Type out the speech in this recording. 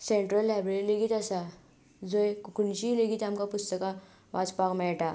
central library लेगीत आसा जंय कोंकणीचींय लेगीत आमकां पुस्तकां वाचपाक मेळटा